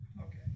Okay